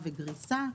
ולגריסה,